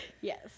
Yes